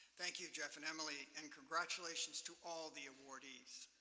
thank you, jeff and emily, and congratulations to all the awardees.